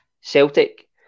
Celtic